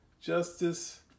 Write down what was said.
justice